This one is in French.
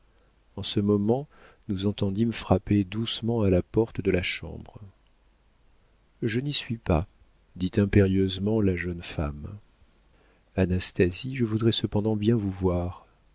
en ce moment nous entendîmes frapper doucement à la porte de la chambre je n'y suis pas dit impérieusement la jeune femme anastasie je voudrais cependant bien vous voir